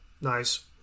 Nice